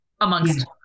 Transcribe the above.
amongst